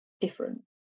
different